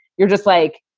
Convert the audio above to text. you're just like,